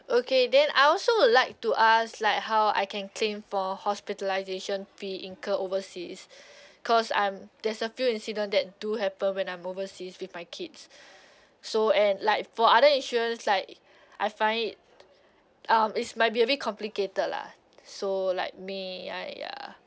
okay then I also would like to ask like how I can claim for hospitalisation fee incur overseas cause I'm there's a few incident that do happen when I'm overseas with my kids so and like for other insurance like I find it um it's might be a bit complicated lah so like may I ya